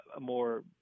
more